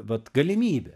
vat galimybė